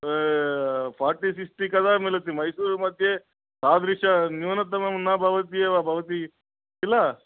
forty sixty कदा मिलति मैसूतुमध्ये तादृशन्यूनतमं न भवति एव भवति खिल